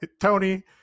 Tony